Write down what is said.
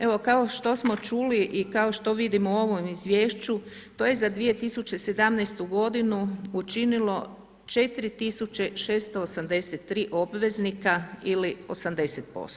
Evo kao što smo čuli i kao što vidimo u ovom izvješću to je za 2017. godinu učinilo 4,683 obveznika ili 80%